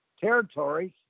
Territories